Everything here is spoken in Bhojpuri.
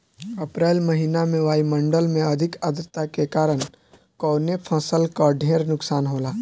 अप्रैल महिना में वायु मंडल में अधिक आद्रता के कारण कवने फसल क ढेर नुकसान होला?